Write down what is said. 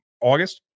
August